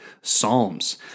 Psalms